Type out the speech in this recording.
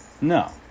No